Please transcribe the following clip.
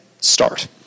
start